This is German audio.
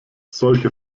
solche